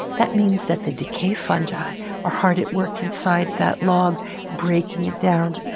that means that the decay fungi are hard at work inside that log breaking it down,